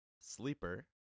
Sleeper